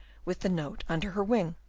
with the note under her wing.